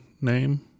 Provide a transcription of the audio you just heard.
name